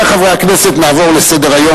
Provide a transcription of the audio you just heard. רבותי חברי הכנסת, נעבור לסדר-היום,